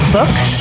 Books